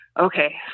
okay